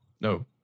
No